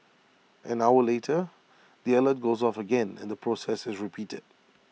an hour later the alert goes off again and the process is repeated